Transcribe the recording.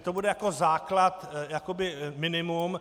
To bude jako základ, jakoby minimum.